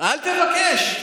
אל תבקש.